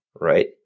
right